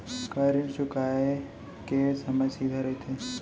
का ऋण चुकोय के समय सीमा रहिथे?